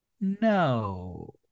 No